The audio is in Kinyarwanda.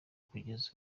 kugeza